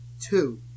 two